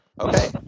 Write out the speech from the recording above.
Okay